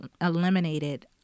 eliminated